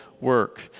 work